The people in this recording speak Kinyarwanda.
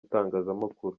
itangazamakuru